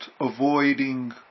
avoiding